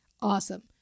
awesome